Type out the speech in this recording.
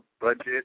budget